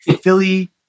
Philly